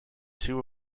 two